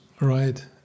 Right